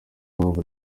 mpamvu